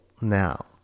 now